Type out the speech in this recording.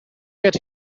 get